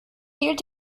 fehlt